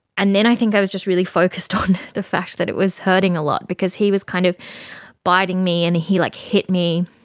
and then i think i was just really focussed on the fact that it was hurting a lot because he was kind of biting me, and he like hit me.